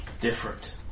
Different